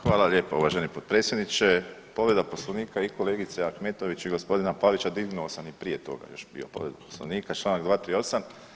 Hvala lijepo uvaženi potpredsjedniče, povreda Poslovnika i kolegice Ahmetović i gospodina Pavića, dignuo sam i prije toga još bio povredu Poslovnika, Članak 238.